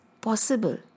possible